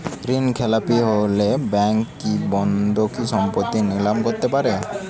ঋণখেলাপি হলে ব্যাঙ্ক কি বন্ধকি সম্পত্তি নিলাম করতে পারে?